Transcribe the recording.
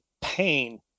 pain